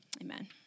amen